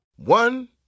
One